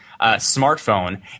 smartphone